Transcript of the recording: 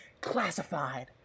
classified